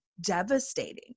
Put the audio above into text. devastating